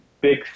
big